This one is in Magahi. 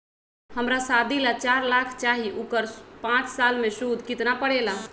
हमरा शादी ला चार लाख चाहि उकर पाँच साल मे सूद कितना परेला?